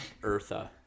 Eartha